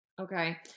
Okay